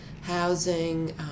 housing